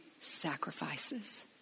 sacrifices